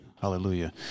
Hallelujah